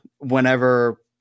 whenever